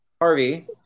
Harvey